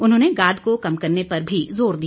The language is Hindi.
उन्होंने गाद को कम करने पर भी ज़ोर दिया